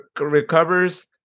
recovers